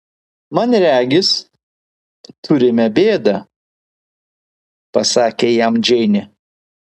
man regis turime bėdą pasakė jam džeinė